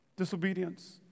disobedience